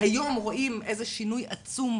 היום רואים איזה שינוי עצום,